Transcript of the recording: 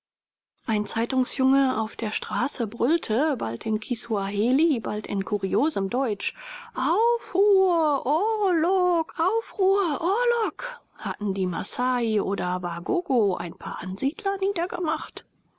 ein zeitungsjunge auf der straße brüllte bald in kisuaheli bald in kuriosem deutsch aufhuhr oorlogg aufruhr orlog hatten die masai oder wagogo ein paar ansiedler niedergemacht